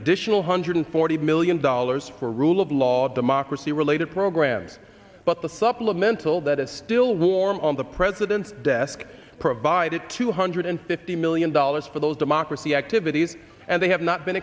additional hundred forty million dollars for rule of law democracy related programs but the supplemental that is still warm on the president's desk provided two hundred fifty million dollars for those democracy activities and they have not been